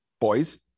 boys